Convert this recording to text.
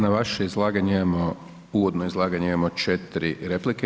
Na vaše izlaganje imamo, uvodno izlaganje imamo 4 replike.